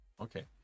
Okay